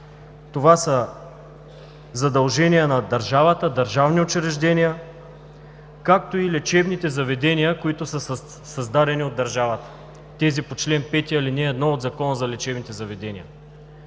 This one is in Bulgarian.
Това са задължения на държавата, държавни учреждения, както и лечебните заведения, които са създадени от държавата – тези по чл. 5, ал. 1 от Закона за лечебните заведения.